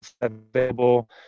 available